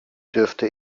dürfte